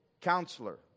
Counselor